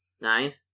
Nine